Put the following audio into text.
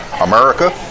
America